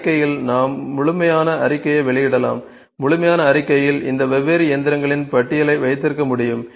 அறிக்கையில் நாம் முழுமையான அறிக்கையை வெளியிடலாம் முழுமையான அறிக்கையில் இந்த வெவ்வேறு இயந்திரங்களின் பட்டியலை வைத்திருக்க முடியும்